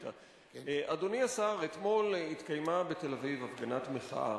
אדוני השר, אתמול התקיימה בתל-אביב הפגנת מחאה